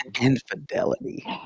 Infidelity